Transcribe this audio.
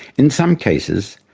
in some cases,